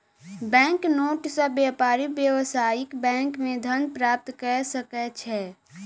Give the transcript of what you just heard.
bank note सॅ व्यापारी व्यावसायिक बैंक मे धन प्राप्त कय सकै छै